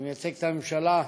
שמייצג את הממשלה,